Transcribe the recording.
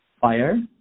fire